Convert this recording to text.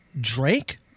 Drake